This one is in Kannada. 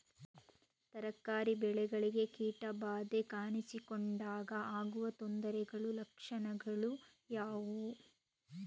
ತರಕಾರಿ ಬೆಳೆಗಳಿಗೆ ಕೀಟ ಬಾಧೆ ಕಾಣಿಸಿಕೊಂಡಾಗ ಆಗುವ ತೊಂದರೆಗಳ ಲಕ್ಷಣಗಳು ಯಾವುವು?